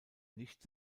nichts